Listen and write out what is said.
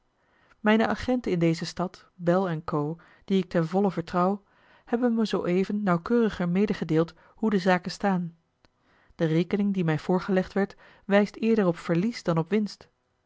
mijne agenten in deze stad bell co die ik ten volle vertrouw hebben me zooeven nauwkeuriger medegedeeld hoe de zaken staan de rekening die mij voorgelegd werd wijst eerder op verlies dan op winst